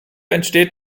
entsteht